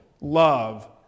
Love